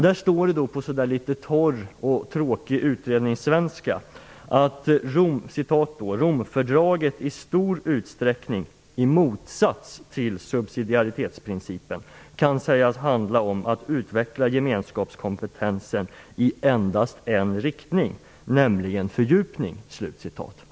Där står det på litet torr och tråkig utredningssvenska: "- Romfördraget i stor utsträckning, i motsats till subsidiaritetsprincipen, kan sägas handla om att utveckla gemenskapskompetensen i endast en riktning, nämligen fördjupning."